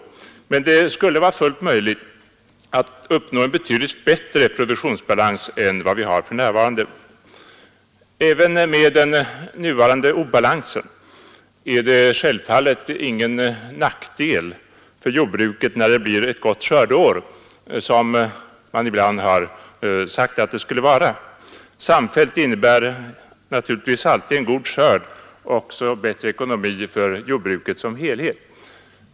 Men det skulle vara fullt möjligt att uppnå en betydligt bättre produktionsbalans än vad vi för närvarande har. Även med den nuvarande obalansen är det självfallet ingen nackdel för jordbruket — något som ibland har påståtts — när det blir ett gott skördeår. Samfällt innebär naturligtvis alltid en god skörd också bättre ekonomi för jordbruket som helhet.